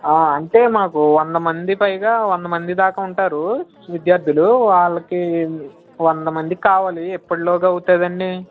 అంటే మాకు వందమంది పైగా వందమంది దాకా ఉంటారు విద్యార్దులు వాళ్ళకి వందమందికి కావాలి ఎప్పటిలోగా అవుతుందండి